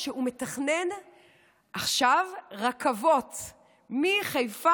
אני מסתכל על האזרחים שלי כאויבים